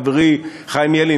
חברי חיים ילין,